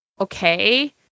okay